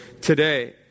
Today